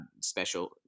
special